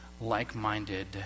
like-minded